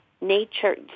nature